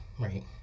right